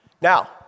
Now